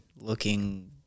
looking